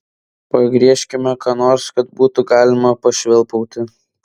pagriežkite ką nors kad būtų galima pašvilpauti